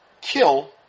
kill